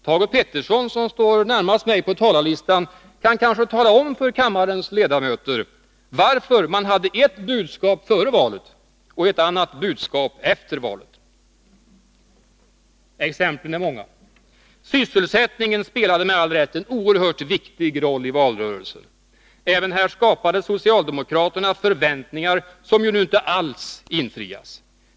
Thage Peterson, som står närmast mig på talarlistan, kan kanske tala om för kammarens ledamöter varför man hade ett budskap före valet och ett annat efter valet. Exemplen är många! Sysselsättningen spelade med all rätt en oerhört viktig roll i valrörelsen. Även här skapade socialdemokraterna förväntningar som nu inte alls infrias.